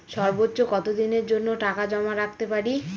সর্বোচ্চ কত দিনের জন্য টাকা জমা রাখতে পারি?